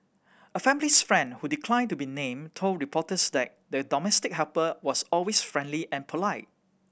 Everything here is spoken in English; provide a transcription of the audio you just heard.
a family friend who declined to be named told reporters that the domestic helper was always friendly and polite